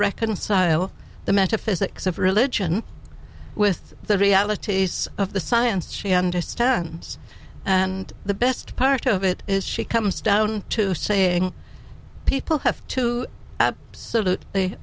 reconcile the metaphysics of religion with the realities of the science she understands and the best part of it is she comes down to saying people have to s